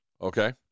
Okay